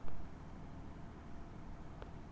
প্রধান মন্ত্রীর সামাজিক প্রকল্প মুই কেমন করিম?